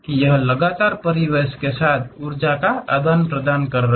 यह लगातार परिवेश के साथ ऊर्जा का आदान प्रदान कर रहा है